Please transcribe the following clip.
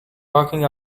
walking